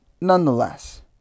nonetheless